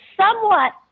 somewhat